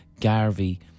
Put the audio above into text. Garvey